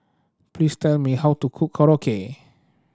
please tell me how to cook Korokke